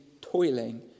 toiling